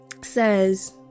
says